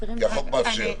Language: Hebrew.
כי החוק מאפשר.